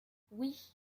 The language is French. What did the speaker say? oui